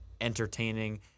entertaining